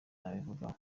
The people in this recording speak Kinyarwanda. nabivugaho